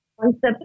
concept